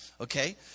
Okay